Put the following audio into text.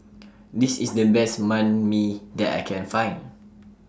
This IS The Best Banh MI that I Can Find